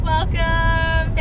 Welcome